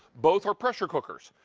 both are pressure cookers.